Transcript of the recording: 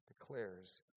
declares